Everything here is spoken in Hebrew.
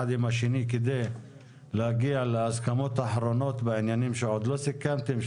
עם השני כדי להגיע להסכמות אחרונות בעניינים שעוד לא סיכמתם,